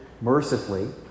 mercifully